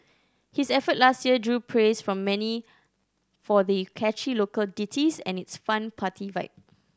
his effort last year drew praise from many for the catchy local ditties and its fun party vibe